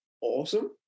awesome